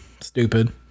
Stupid